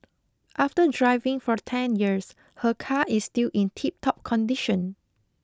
after driving for ten years her car is still in tiptop condition